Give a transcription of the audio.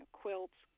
quilts